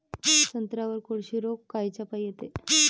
संत्र्यावर कोळशी रोग कायच्यापाई येते?